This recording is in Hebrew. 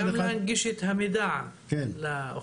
גם להנגיש את המידע לאוכלוסייה.